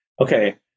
okay